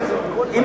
מס הכנסה שלילי.